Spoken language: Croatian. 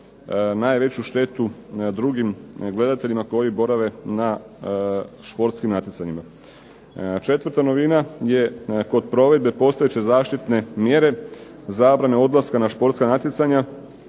najveću štetu drugim gledateljima koji borave na športskim natjecanjima. Četvrta novina je kod provedbe postojeće zaštitne mjere, zabrane odlaska na športska natjecanja